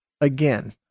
again